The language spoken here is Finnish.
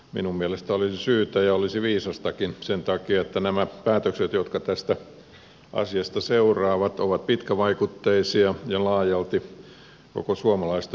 minun mielestäni siihen olisi syytä ja se olisi viisastakin sen takia että nämä päätökset jotka tästä asiasta seuraavat ovat pitkävaikutteisia ja laajalti koko suomalaista yhteiskuntaa koskettavia